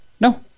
no